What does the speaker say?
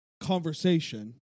conversation